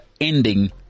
ending